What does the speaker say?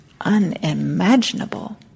unimaginable